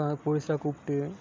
அப்போ போலீஸ் எல்லாம் கூப்பிட்டு